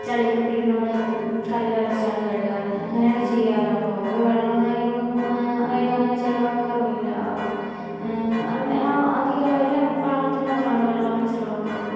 ചെളിയൊക്കെ പിടിക്കും നമ്മള് കളിലൊരച്ചാണ് കഴുകാറ് ഞങ്ങനെയാണ് ചെയ്യാറ് അപ്പൊ ഓവര് വെള്ളോം കാര്യങ്ങളൊന്നും അതായത് അങ്ങനെ ചെലവാക്കാറുല്ല അപ്പൊ അധികം എല്ലാം പാകത്തിന് മാത്രാണ് വെള്ളൊക്കെ ചിലവാക്കാറുള്ളു